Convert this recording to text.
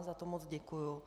Za to moc děkuji.